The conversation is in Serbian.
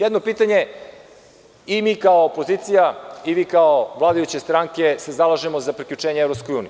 Jedno pitanje, i mi kao opozicija i vi kao vladajuće stranke, se zalažemo za priključenje EU.